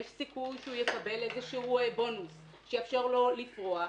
והוא חושב שיש סיכוי שהוא יקבל בונוס שיאפשר לו לפרוע,